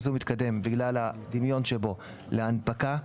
בגלל הדמיון של ייזום מתקדם להנפקה,